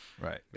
Right